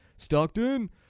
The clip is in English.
Stockton